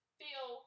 feel